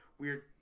weird